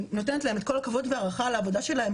אני נותנת להן את כל ההערכה על העבודה שלהן,